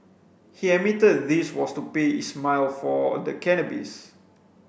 he admitted this was to pay Ismail for the cannabis